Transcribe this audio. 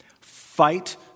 fight